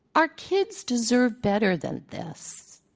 our kids deserve better than this.